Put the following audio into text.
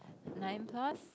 nine plus